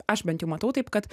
aš bent jau matau taip kad